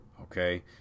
okay